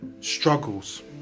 struggles